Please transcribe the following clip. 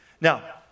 Now